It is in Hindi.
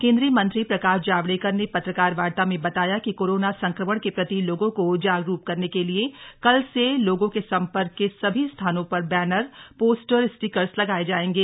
केंद्रीय मंत्री प्रकाश जावडेकर ने पत्रकार वार्ता में बताया कि कोरोना संक्रमण के प्रति लोगों को जागरूक करने के लिए कल से लोगों के संपर्क के सभी स्थानों पर बैनर पोस्टर स्टिकर्स लगाए जाएंगे